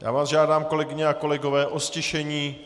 Já vás žádám, kolegyně a kolegové, o ztišení.